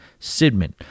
Sidman